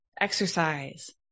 exercise